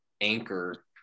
Anchor